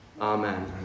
Amen